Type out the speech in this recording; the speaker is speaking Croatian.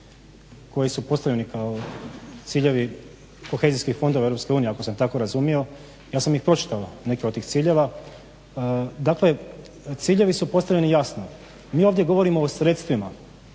koji su postavljeni kao ciljevi kohezijskih fondova EU ako sam tako razumio. Ja sam i pročitao neke od tih ciljeva. Dakle, ciljevi su postavljeni jasno. Mi ovdje govorimo o sredstvima.